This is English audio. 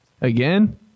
Again